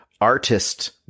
artist